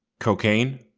cocaine,